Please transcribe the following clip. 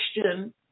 question